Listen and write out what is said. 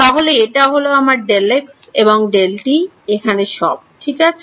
তাহলে এটা হল আমার Δx এবং Δt এখানে সব ঠিক আছে